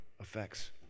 effects